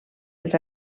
els